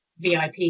vip